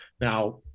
Now